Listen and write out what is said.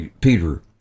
Peter